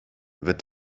wird